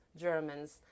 Germans